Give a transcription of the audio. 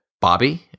Bobby